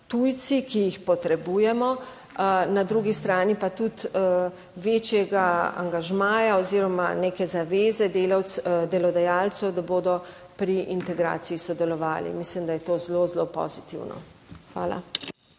tujci, ki jih potrebujemo. Na drugi strani pa tudi večjega angažmaja oziroma neke zaveze delodajalcev, da bodo pri integraciji sodelovali. Mislim, da je to zelo, zelo pozitivno. Hvala.